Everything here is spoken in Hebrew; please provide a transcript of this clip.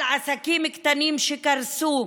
על עסקים קטנים שקרסו,